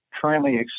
currently